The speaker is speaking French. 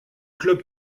club